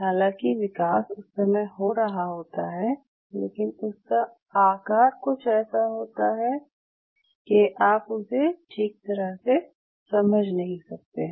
हालाँकि विकास उस समय हो रहा होता है लेकिन उसका आकार कुछ ऐसा होता है कि आप उसे ठीक तरह से समझ नहीं सकते हैं